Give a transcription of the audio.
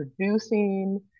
producing